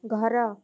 ଘର